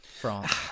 France